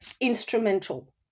instrumental